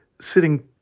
sitting